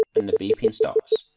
and the beeping stops.